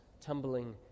tumbling